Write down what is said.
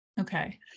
Okay